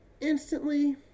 instantly